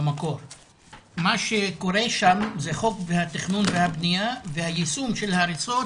מה שקורה שם זה חוק התכנון והבניה והיישום של ההריסות